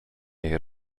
jej